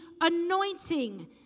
anointing